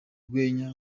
rwenya